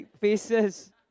faces